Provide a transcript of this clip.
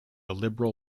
liberal